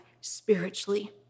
spiritually